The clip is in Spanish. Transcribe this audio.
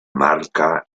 marca